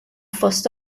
fost